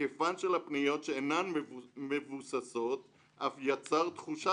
היקפן של הפניות שאינן מבוססות אף יצר תחושה